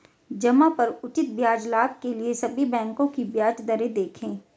जमा पर उचित ब्याज लाभ के लिए सभी बैंकों की ब्याज दरें देखें